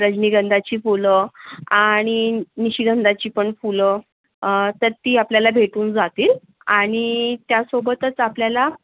रजनीगंधाची फुलं आणि निशिगंधाची पण फुलं तं ती आपल्याला भेटून जातील आणि त्या सोबतच आपल्याला